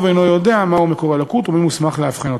אינו יודע מהו מקור הלקות ומי מוסמך לאבחן אותה.